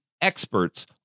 experts